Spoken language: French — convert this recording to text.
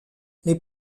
les